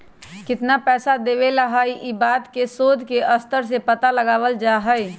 कितना पैसा देवे ला हई ई बात के शोद के स्तर से पता लगावल जा हई